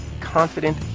confident